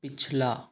पिछला